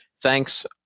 Thanks